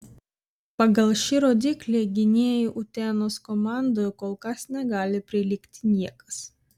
pagal šį rodiklį gynėjui utenos komandoje kol kas negali prilygti niekas